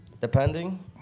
depending